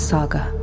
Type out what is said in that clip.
Saga